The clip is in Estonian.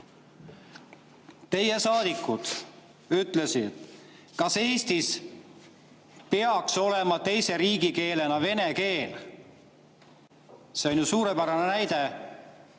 Teie saadikud ütlesid: kas Eestis peaks olema teise riigikeelena vene keel? See on suurepärane näide